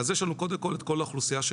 יש לנו קודם כל את כל האוכלוסייה של